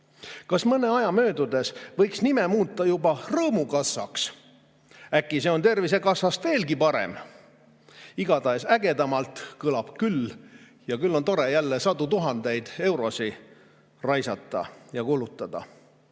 Kas mõne aja möödudes võiks nime muuta juba rõõmukassaks? Äkki see on tervisekassast veelgi parem? Igatahes ägedamalt kõlab küll ja küll on tore jälle sadu tuhandeid eurosid raisata ja kulutada.